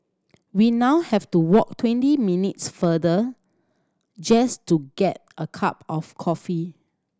we now have to walk twenty minutes farther just to get a cup of coffee